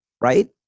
right